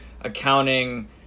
accounting